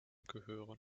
gehören